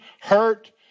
hurt